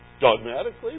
dogmatically